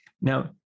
Now